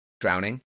drowning